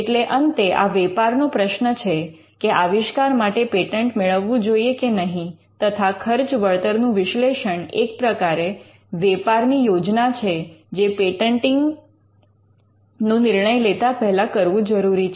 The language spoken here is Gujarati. એટલે અંતે આ વેપારનો પ્રશ્ન છે કે આવિષ્કાર માટે પેટન્ટ મેળવવું જોઈએ કે નહીં તથા ખર્ચ વળતરનું વિશ્લેષણ એક પ્રકારે વેપારની યોજના છે જે પેટન્ટિંગની નો નિર્ણય લેતા પહેલા કરવું જરૂરી છે